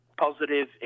Positive